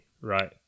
right